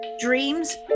Dreams